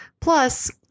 Plus